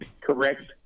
correct